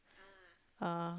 uh